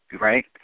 right